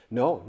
no